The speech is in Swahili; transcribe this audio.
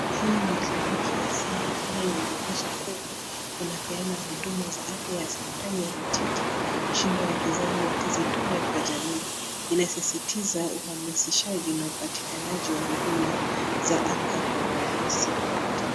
Hii ni kliniki ya simu ambalo linaonyesha kuwa inapeana huduma za afya ya saratani ya matiti, shingo ya kizazi na tezi dume kwa jamii. Inasisitiza uhamasishaji na upatikanaji wa huduma za haraka kwa watu.